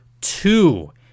two